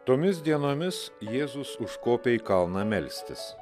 tomis dienomis jėzus užkopė į kalną melstis